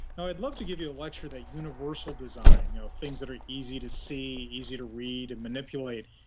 now i'd love to give you a lecture that universal design, you know things that are easy to see, easy to read, and manipulate,